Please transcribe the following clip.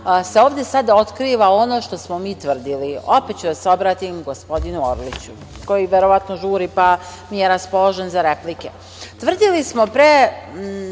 se ovde sada otkriva ono što smo mi tvrdili. Opet ću da se obratim gospodinu Orliću, koji verovatno žuri, pa nije raspoložen za replike. Tvrdili smo pre